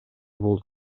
бул